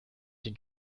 den